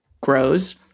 grows